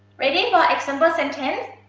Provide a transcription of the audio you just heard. ready for example sentence?